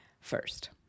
first